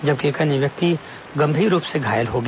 जबकि एक अन्य व्यक्ति गंभीर रूप से घायल हो गया